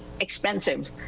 expensive